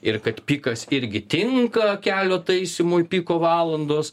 ir kad pikas irgi tinka kelio taisymui piko valandos